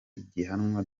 ihiganwa